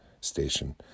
Station